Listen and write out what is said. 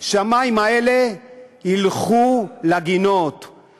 לכך שהמים האלה ילכו לגינות,